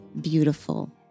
beautiful